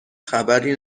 خبری